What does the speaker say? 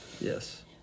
yes